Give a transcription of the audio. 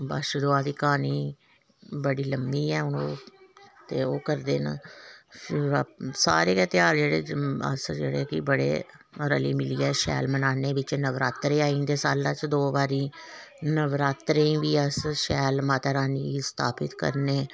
बच्छदुआ दी क्हानी बड़ी ल'म्मी ऐ हून ओह् ते ओह् करदे न फिर सारे गै ध्यार जेह्डे़ अस जेह्डे़ कि बडे़ रली मिलियै शैल मनाने बिच नवरात्रे आई जंदे सालै च दो बारी नवरात्रे बी अस शैल माता रानी गी स्थापित करने